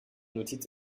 notiz